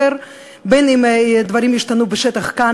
בין שדברים ישתנו בשטח כאן,